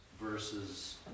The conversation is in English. versus